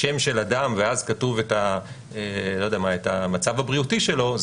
שיש שם של אדם ואז כתוב את המצב הבריאותי שלו,